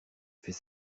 fais